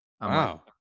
wow